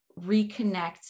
reconnect